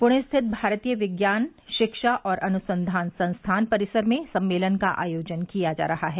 पुणे स्थित भारतीय विज्ञान शिक्षा और अनुसंधान संस्थान परिसर में सम्मेलन का आयोजन किया जा रहा है